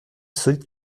solide